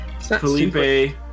Felipe